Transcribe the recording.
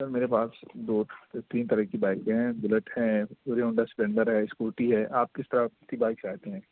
سر میرے پاس دو تین طرح کی بائیکیں ہیں بلٹ ہیں ہیرو ہونڈا اسپلینڈر ہے اسکوٹی ہے آپ کس طرح کی بائیک چاہتے ہیں